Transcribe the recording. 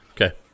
Okay